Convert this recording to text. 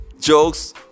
jokes